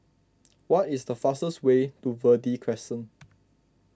what is the fastest way to Verde Crescent